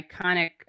iconic